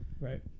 Right